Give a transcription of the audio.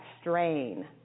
strain